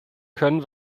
können